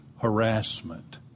harassment